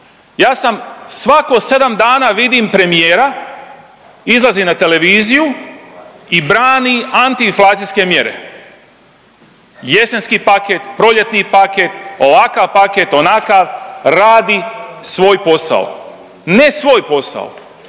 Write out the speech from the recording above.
ja sam svako 7 dana vidim premijera izlazi na televiziju i brani antiinflacijske mjere. Jesenski paket, proljetni paket, ovakav paket, onakav, radi svoj posao. Ne svoj posao